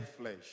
flesh